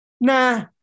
nah